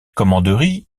commanderie